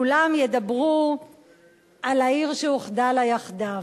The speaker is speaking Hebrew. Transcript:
כולם ידברו על העיר שאוחדה לה יחדיו.